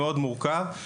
מאוד מורכב.